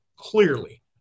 Clearly